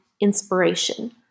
inspiration